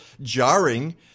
jarring